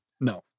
No